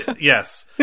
Yes